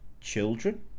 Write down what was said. children